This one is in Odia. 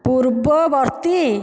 ପୂର୍ବବର୍ତ୍ତୀ